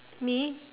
me